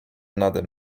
nade